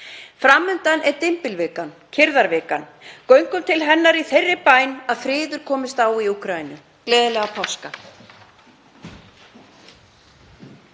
Fram undan er dymbilvika, kyrrðarvikan. Göngum til hennar í þeirri bæn að friður komist á í Úkraínu. Gleðilega páska.